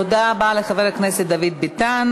תודה רבה לחבר הכנסת דוד ביטן.